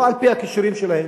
לא על-פי הכישורים שלהם.